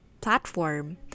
platform